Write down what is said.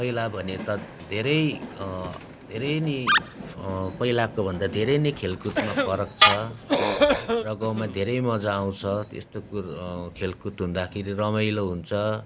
पहिलाभन्दा त धेरै धेरै नै पहिलाको भन्दा धेरै नै खेलकुदमा फरक छ र गाउँमा धेरै मजा आउँछ त्यस्तो कुरो खेलकुद हुँदाखेरि रमाइलो हुन्छ